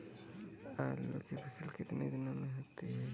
आलू की फसल कितने दिनों में होती है?